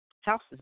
houses